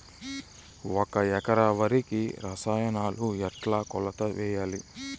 ఒక ఎకరా వరికి రసాయనాలు ఎట్లా కొలత వేయాలి?